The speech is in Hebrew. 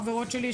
חברות שלי,